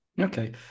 Okay